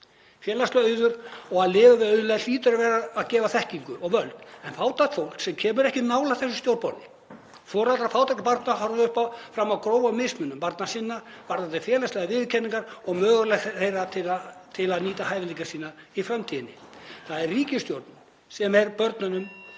Félagslegur auður og að lifa við auðlegð hlýtur að gefa þekkingu og völd en fátækt fólk sem kemur ekki nálægt þessu stjórnborði — foreldrar fátækra barna horfa fram á grófa mismunun barna sinna varðandi félagslega viðurkenningu og möguleika þeirra til að nýta hæfileika sína í framtíðinni. Það er ríkisstjórnin sem rænir